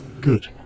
good